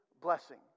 blessing